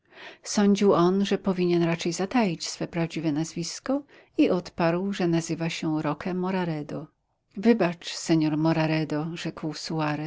on że powinien raczej zataić swe prawdziwe nazwisko i odparł że nazywa się roque moraredo wybacz senor moraredo rzekł